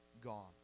gone